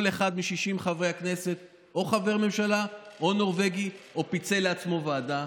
כל אחד מ-60 חברי הכנסת הוא או חבר ממשלה או נורבגי או פיצל לעצמו ועדה.